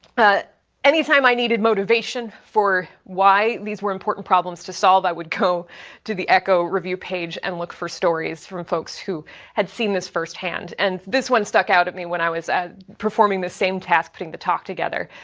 ah anytime i needed motivation for why these were important problems to solve, i would go to the echo review page and look for stories from folks who had seen this firsthand and this one stuck out at me when i was performing the same task putting the talk together.